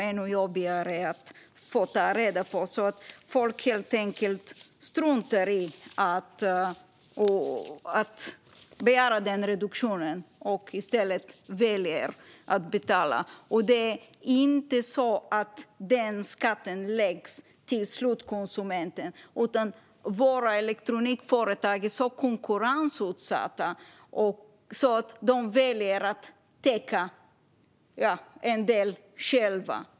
Ännu jobbigare är det att ta reda på. Folk struntar helt enkelt i att begära reduktionen och väljer i stället att betala. Skatten läggs inte på slutkonsumenten. Våra elektronikföretag är så konkurrensutsatta att de väljer att täcka en del själva.